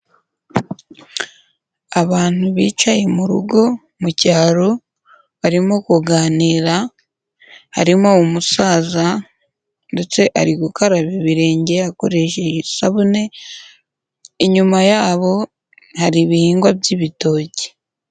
Abantu bicaye mu rugo mu cyaro barimo kuganira harimo umusaza ndetse ari gukaraba ibirenge akoreshe isabune, inyuma yabo hari ibihingwa by'ibitoki.